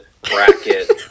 bracket